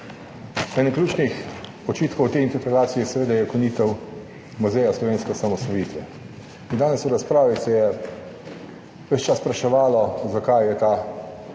Eden ključnih očitkov v tej interpelaciji je seveda ukinitev Muzeja slovenske osamosvojitve. In danes v razpravi se je ves čas spraševalo, zakaj je ta